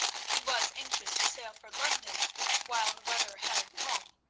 he was anxious to sail for london while the weather held calm,